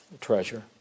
treasure